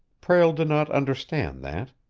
prale did not understand that.